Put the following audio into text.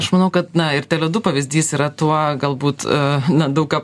aš manau kad na ir tele du pavyzdys yra tuo galbūt na daug ką